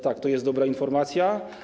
Tak, to jest dobra informacja.